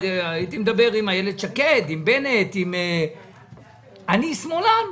הייתי מדבר עם איילת שקד, עם בנט אני שמאלן.